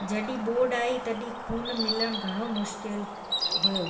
जॾहिं ॿोड़ु आई तॾहिं खून मिलणु घणो मुश्किलु हुयो